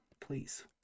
please